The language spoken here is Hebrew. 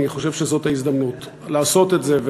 אני חושב שזאת ההזדמנות לעשות את זה,